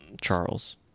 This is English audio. Charles